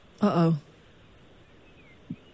Uh-oh